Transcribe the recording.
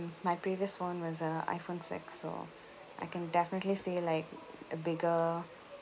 my previous phone was a iphone six so I can definitely see like a bigger